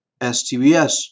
STBS